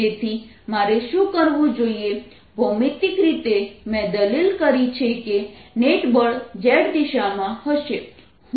તેથી મારે શું કરવું જોઈએ ભૌમિતિક રીતે મેં દલીલ કરી છે કે નેટ બળ z દિશામાં હશે